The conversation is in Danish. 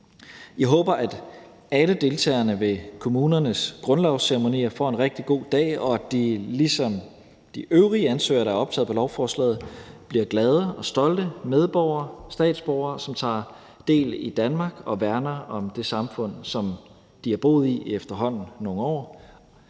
Vi håber, at alle deltagere ved kommunernes grundlovsceremonier får en rigtig god dag, og at de ligesom de øvrige ansøgere, der er optaget på lovforslaget, bliver glade og stolte medborgere, statsborgere, som tager del i Danmark og værner om det samfund, som de har boet i i efterhånden nogle år.